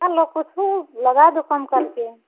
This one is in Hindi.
हाँ कुछ लगा दो कम कर के